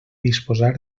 disposar